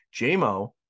JMO